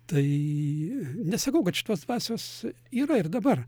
tai nesakau kad šitos dvasios yra ir dabar